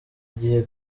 igihe